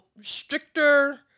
stricter